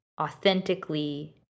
authentically